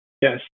Yes